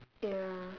ya